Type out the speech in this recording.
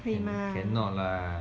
可以吗